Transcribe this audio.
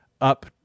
up